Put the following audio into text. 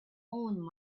own